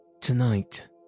Tonight